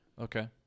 Okay